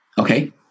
Okay